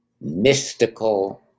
mystical